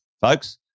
folks